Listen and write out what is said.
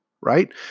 right